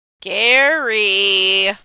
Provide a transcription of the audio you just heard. Gary